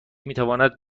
میتوانند